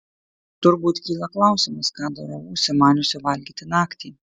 turbūt kyla klausimas ką darau užsimaniusi valgyti naktį